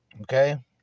Okay